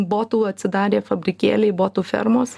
botų atsidarė fabrikėliai botų fermos